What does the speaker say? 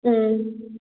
ꯎꯝ